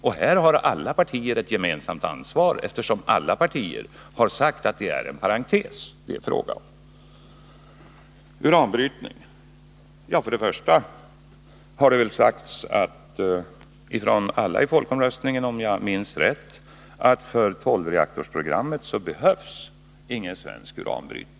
Och Måndagen den här har alla partier ett gemensamt ansvar, eftersom alla partier har sagt att 24 november 1980 kärnkraften är en parentes. Vad uranbrytningen beträffar sades från alla i folkomröstningen, om jag Om energipolitiminns rätt, att det för ett genomförande av tolvreaktorsprogrammet inte ken behövdes någon svensk uranbrytning.